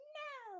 no